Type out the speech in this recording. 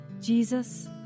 Jesus